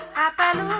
happen